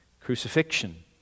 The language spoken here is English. Crucifixion